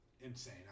insane